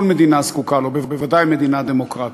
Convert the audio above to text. שכל מדינה זקוקה לו, בוודאי מדינה דמוקרטית.